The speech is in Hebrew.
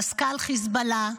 מזכ"ל חיזבאללה,